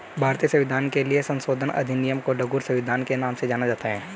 भारतीय संविधान के किस संशोधन अधिनियम को लघु संविधान के नाम से जाना जाता है?